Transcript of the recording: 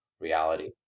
reality